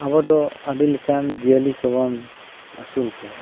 ᱟᱵᱚ ᱫᱚ ᱟᱹᱰᱤ ᱞᱮᱠᱟᱱ ᱡᱤᱭᱟᱹᱞᱤ ᱠᱚᱵᱚᱱ ᱟᱥᱩᱞ ᱠᱚᱣᱟ